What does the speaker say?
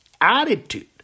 attitude